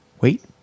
Wait